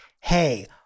hey